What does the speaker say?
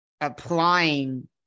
applying